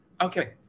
Okay